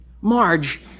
Marge